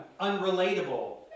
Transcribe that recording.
unrelatable